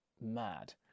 mad